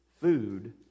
food